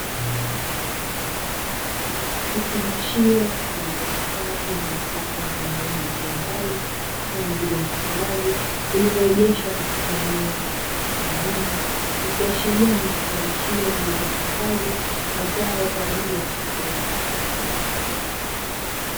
Chumba kikubwa kinacho tumika kama banda la kuku Kilicho jengwa na mbao kikiwa kukiwa na mfugaji alie vaa koti jeupe akiwa analisha mifugo hiyo.